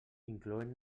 incloeu